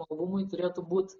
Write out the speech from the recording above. albumui turėtų būt